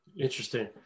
Interesting